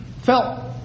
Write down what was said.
felt